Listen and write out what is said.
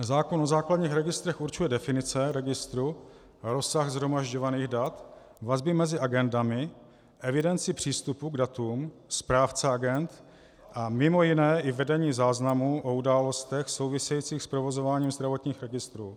Zákon o základních registrech určuje definice registru a rozsah shromažďovaných dat, vazby mezi agendami, evidenci přístupu k datům, správce agend a mimo jiné i vedení záznamů o událostech souvisejících s provozováním zdravotních registrů.